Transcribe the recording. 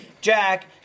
Jack